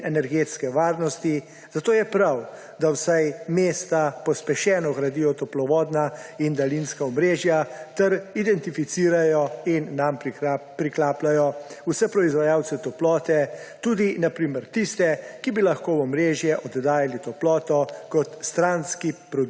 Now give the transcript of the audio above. in energetske varnosti, zato je prav, da vsaj mesta pospešeno gradijo toplovodna in daljinska omrežja ter identificirajo in na njih priklapljajo vse proizvajalce toplote, na primer tudi tiste, ki bi lahko v omrežje oddajali toploto kot stranski